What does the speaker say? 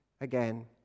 again